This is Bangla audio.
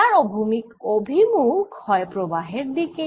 তার অভিমুখ হয় প্রবাহের দিকেই